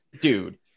dude